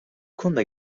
konuda